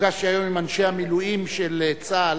נפגשתי היום עם אנשי המילואים של צה"ל,